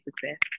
success